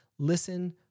Listen